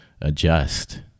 adjust